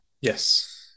Yes